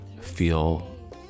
feel